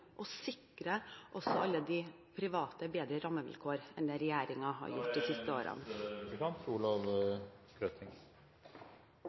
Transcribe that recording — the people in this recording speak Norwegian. og også å sikre alle de private bedre rammevilkår enn det regjeringen har